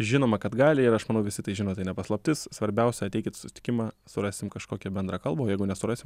žinoma kad gali ir aš manau visi tai žino tai ne paslaptis svarbiausia ateikit susitikimą surasim kažkokią bendrą kalbą o jeigu nesurasim